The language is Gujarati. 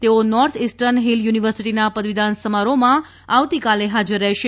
તેઓ નોર્થ ઇસ્ટર્ન ફીલ યુનિવર્સીટીના પદવીદાન સમારોહમાં આવતીકાલે હાજર રહેશે